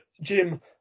Jim